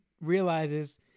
realizes